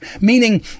meaning